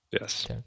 Yes